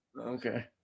Okay